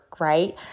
right